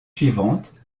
suivantes